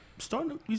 starting